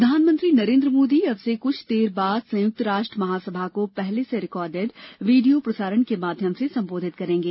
मोदी संबोधन प्रधानमंत्री नरेन्द्र मोदी अब से कुछ देर बाद संयुक्त राष्ट्र महासभा को पहले से रिकार्डिड वीडियो प्रसारण के माध्यम से सम्बोधित करेंगे